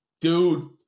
Dude